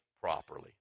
properly